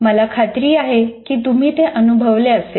मला खात्री आहे की तुम्ही ते अनुभवले असेल